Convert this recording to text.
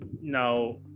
now